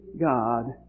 God